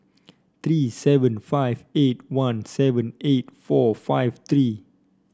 three seven five eight one seven eight four five three